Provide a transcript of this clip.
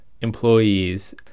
employees